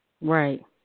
Right